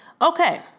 Okay